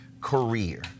career